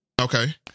okay